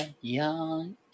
young